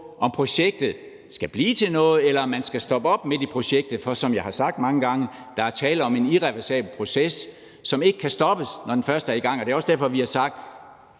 om projektet skal blive til noget, eller om man skal stoppe op midt i projektet, for som jeg har sagt mange gange, er der tale om en irreversibel proces, som ikke kan stoppes, når den først er i gang, og det er også derfor, vi har sagt,